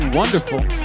Wonderful